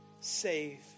save